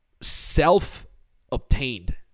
self-obtained